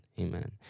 Amen